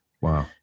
wow